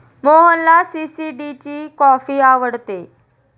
मोहनला सी.सी.डी ची कॉफी आवडते